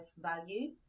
value